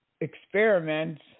experiments